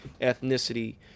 ethnicity